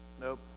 Nope